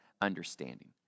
understanding